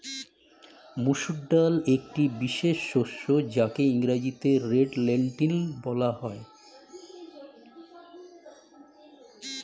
মুসুর ডাল একটি বিশেষ শস্য যাকে ইংরেজিতে রেড লেন্টিল বলা হয়